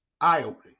Eye-opening